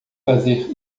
fazer